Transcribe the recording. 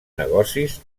negocis